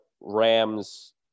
rams